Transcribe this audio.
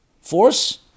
Force